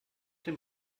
dem